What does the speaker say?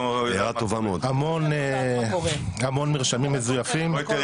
המון מרשמים מזויפים --- בואי תראי